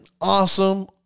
awesome